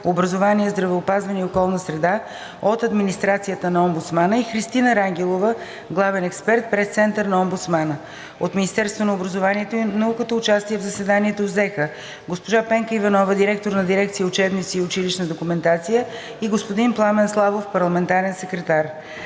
образование, здравеопазване и околна среда“ от администрацията на омбудсмана и Христина Рангелова – главен експерт, Пресцентър на омбудсмана. От Министерството на образованието и науката участие в заседанието взеха госпожа Пенка Иванова – директор на дирекция „Учебници и училищна документация“, и господин Пламен Славов –парламентарен секретар.